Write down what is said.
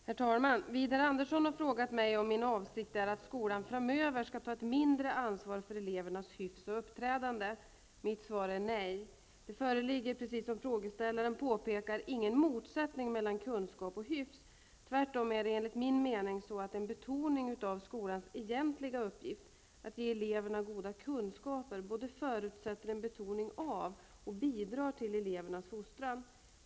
Herr talman! Widar Andersson har frågat mig om min avsikt är att skolan framöver skall ta ett mindre ansvar för elevernas hyfs och uppträdande. Mitt svar är nej! Det föreligger, precis som frågeställaren påpekar, ingen motsättning mellan kunskap och hyfs. Tvärtom är det, enligt min mening, så att en betoning av skolans egentliga uppgift att ge eleverna goda kunskaper både förutsätter en betoning av och bidrar till elevernas fostran.